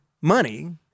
money